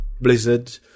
Blizzard